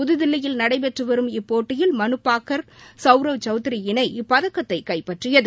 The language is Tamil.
புதுதில்லியில் நடைபெற்று வரும் இப்போட்டியில் மனுபாக்கர் சௌரவ் சௌத்ரி இணை இப்பதக்கத்தை கைப்பற்றியது